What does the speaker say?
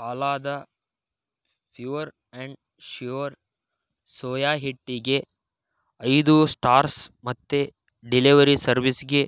Phalada pure and sure soya ಹಿಟ್ಟಿಗೆ ಐದು stars ಮತ್ತೆ ಡೆಲಿವರಿ ಸರ್ವಿಸ್ಗೆ